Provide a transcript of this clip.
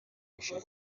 میشه